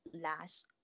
last